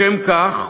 לשם כך,